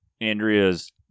Andrea's